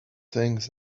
things